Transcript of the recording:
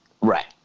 Right